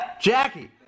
Jackie